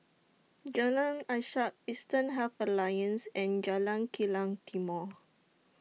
Jalan Ishak Eastern Health Alliance and Jalan Kilang Timor